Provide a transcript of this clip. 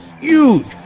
huge